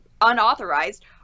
unauthorized